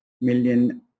million